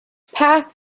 path